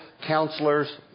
counselors